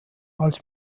als